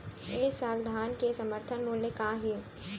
ए साल धान के समर्थन मूल्य का हे?